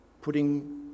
putting